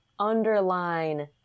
underline